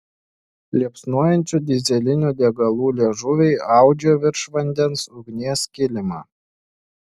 liepsnojančių dyzelinių degalų liežuviai audžia virš vandens ugnies kilimą